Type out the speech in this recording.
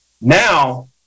Now